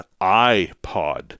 iPod